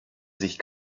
sich